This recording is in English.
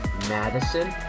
Madison